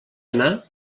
anar